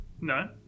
No